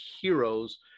heroes